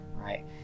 right